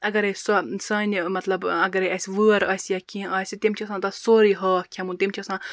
اَگَر سۄ سانہِ مَطلَب اَگَراے اَسہِ وٲر آسہِ یا کینٛہہ آسہِ تٔمۍ چھِ آسان تَتھ سوروٚے ہاکھ کھیٚومُت تٔمۍ چھِ آسان